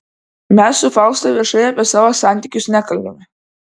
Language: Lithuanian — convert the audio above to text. mes su fausta viešai apie savo santykius nekalbame